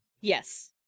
Yes